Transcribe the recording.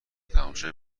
تماشای